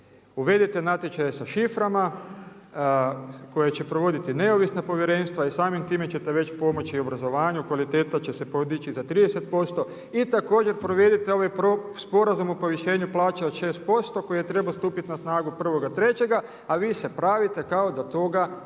Uvedite natječaje sa šiframa koje će provoditi neovisna povjerenstva i samim time ćete već pomoći obrazovanju, kvaliteta će se podići za 30%. I također provedite ovaj sporazum o povišenju plaća od 6% koji je trebao stupiti na snagu 1.3. a vi se pravite kao da toga nema.